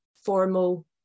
formal